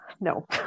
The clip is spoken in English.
no